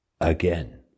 again